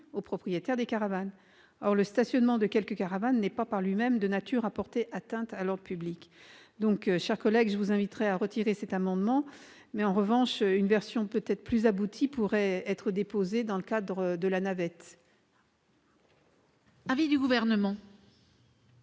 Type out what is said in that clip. l'avis du Gouvernement ?